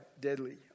deadly